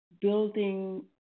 building